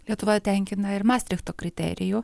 lietuva tenkina ir mastrichto kriterijų